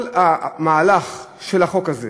כל המהלך של החוק הזה